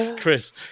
Chris